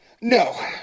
No